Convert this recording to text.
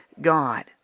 God